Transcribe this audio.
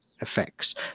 effects